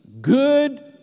good